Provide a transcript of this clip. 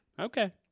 Okay